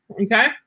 okay